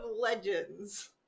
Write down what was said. legends